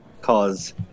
cause